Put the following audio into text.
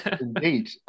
Indeed